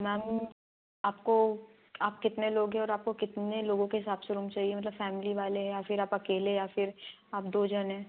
ma'am आपको आप कितने लोग है और आपको कितने लोगों के हिसाब से रूम चाहिए मतलब फ़ैमिली वाले है या फिर आप अकेले या फिर आप दो जन है